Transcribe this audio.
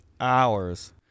hours